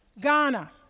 Ghana